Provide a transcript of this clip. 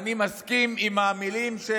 אני מסכים עם המילים של